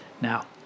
Now